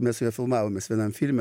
mes su juo filmavomės vienam filme